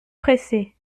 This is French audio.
pressé